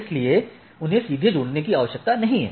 इसलिए उन्हें सीधे जुड़े होने की आवश्यकता नहीं है